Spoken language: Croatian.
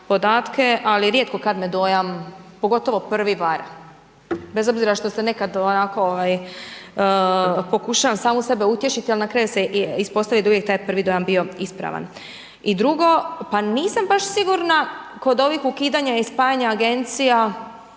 podatke, ali rijetko kada me dojam, pogotovo prvi vara, bez obzira što se nekada onako pokušavam samu sebe utješiti, ali na kraju se ispostavi da je uvijek taj prvi dojam bio ispravan. I drugo pa nisam baš sigurna kod ovih ukidanja i spajanja agencija,